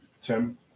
Tim